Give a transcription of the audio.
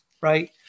right